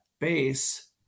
base